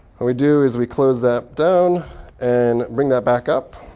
what we do is we close that down and bring that back up.